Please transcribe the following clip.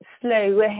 slow